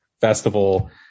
festival